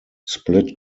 split